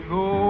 go